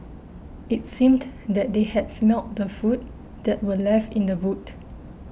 it seemed that they had smelt the food that were left in the boot